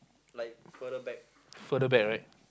further back right